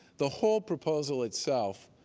the whole proposal itself,